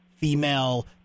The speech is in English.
Female